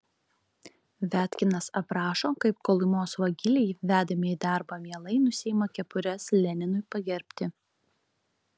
viatkinas aprašo kaip kolymos vagiliai vedami į darbą mielai nusiima kepures leninui pagerbti